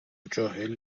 جاهل